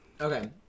okay